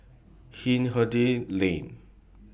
Hindhede Lane